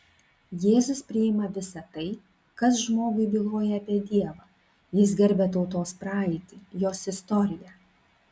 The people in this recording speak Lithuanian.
jėzus priima visa tai kas žmogui byloja apie dievą jis gerbia tautos praeitį jos istoriją